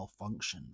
malfunctions